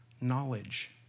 knowledge